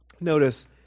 Notice